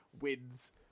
wins